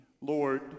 Lord